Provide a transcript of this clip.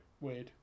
weird